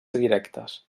directes